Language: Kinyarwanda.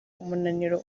umunaniro